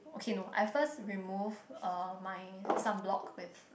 okay no I first remove uh my sunblock with